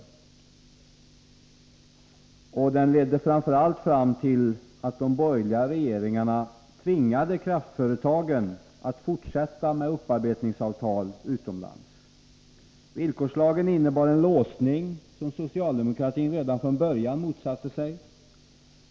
Men den ledde framför allt till att de borgerliga regeringarna tvingade kraftföretagen att fortsätta med upparbetningsavtal utomlands. Villkorslagen innebar en låsning, som socialdemokratin redan från början motsatte sig.